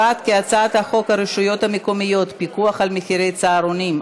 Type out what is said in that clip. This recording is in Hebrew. ההצעה להעביר את הצעת חוק הרשויות המקומיות (פיקוח על מחירי צהרונים),